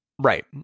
Right